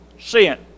sin